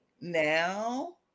Now